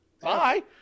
bye